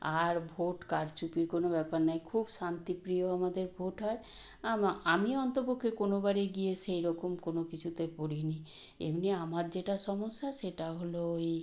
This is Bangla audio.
আর ভোট কারচুপির কোনো ব্যাপার নাই খুব শান্তিপ্রিয় আমাদের ভোট হয় আমি অন্তপক্ষে কোনো বারে গিয়ে সেই রকম কোনো কিছুতে পরি নি এমনি আমার যেটা সমস্যা সেটা হলো ওই